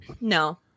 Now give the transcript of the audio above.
No